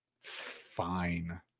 fine